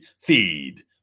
Feed